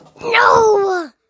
No